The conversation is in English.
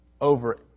over